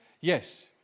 Yes